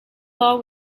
law